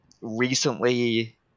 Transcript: recently